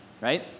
right